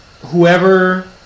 whoever